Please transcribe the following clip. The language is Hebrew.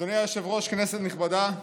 אדוני היושב-ראש, כנסת נכבדה,